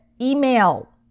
email